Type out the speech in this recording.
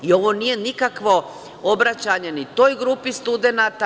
I ovo nije nikakvo obraćanje ni toj grupi studenata.